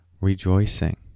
rejoicing